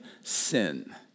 sin